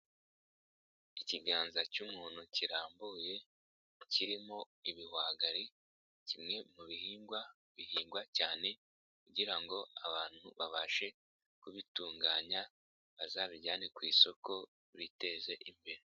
Ikiganza cy'umuntu kirambuye kirimo ibihwagari kimwe mu bihingwa bihingwa cyane kugira ngo abantu babashe kubitunganya, bazabijyane ku isoko biteze imbere.